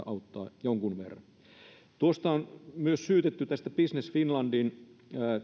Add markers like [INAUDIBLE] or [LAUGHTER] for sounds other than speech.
[UNINTELLIGIBLE] auttaa jonkun verran on myös syytetty tästä business finlandin